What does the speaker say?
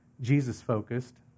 Jesus-focused